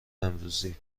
امروزی